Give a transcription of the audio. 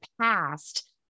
past